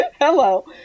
Hello